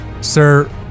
Sir